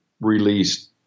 released